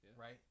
right